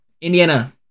Indiana